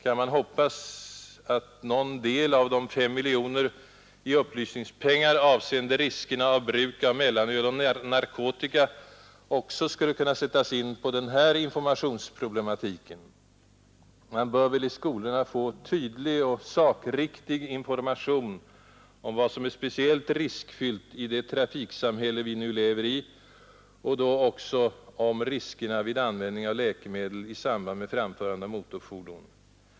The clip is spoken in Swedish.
Kan man hoppas att någon del av de 5 miljoner i upplysningspengar avseende riskerna med bruk av mellanöl och narkotika också skulle kunna på ett eller annat sätt sättas in på den här informationsproblematiken? Man bör väl särskilt i skolorna få tydlig och sakriktig information om vad som är speciellt riskfyllt i det trafiksamhälle vi nu lever i och då också om riskerna vid användning av läkemedel i samband med framförande av motorfordon.